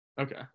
Okay